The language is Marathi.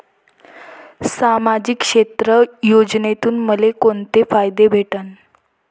सामाजिक क्षेत्र योजनेतून मले कोंते फायदे भेटन?